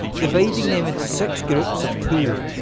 dividing them into six groups of two.